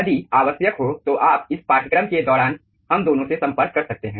यदि आवश्यक हो तो आप इस पाठ्यक्रम के दौरान हम दोनों से संपर्क कर सकते हैं